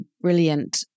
brilliant